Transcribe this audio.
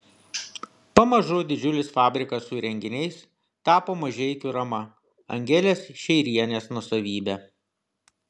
pamažu didžiulis fabrikas su įrenginiais tapo mažeikių rama angelės šeirienės nuosavybe